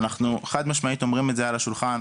אנחנו חד משמעית אומרים את זה על השולחן,